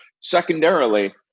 Secondarily